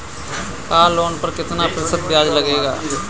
Car loan पर कितना प्रतिशत ब्याज लगेगा?